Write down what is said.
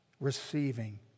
receiving